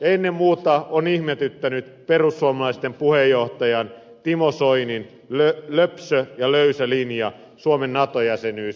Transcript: ennen muuta on ihmetyttänyt perussuomalaisten puheenjohtajan timo soinin löpsö ja löysä linja suomen nato jäsenyyskysymyksessä